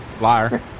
Liar